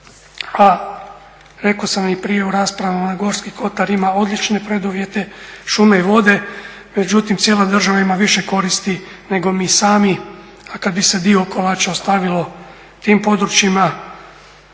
a rekao sam i prije u raspravama da Gorski Kotar ima odlične preduvjete šume i vode, međutim cijela država ima više koristi nego mi sami, a kad bi se dio kolača ostavilo tim područjima,